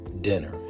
dinner